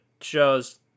shows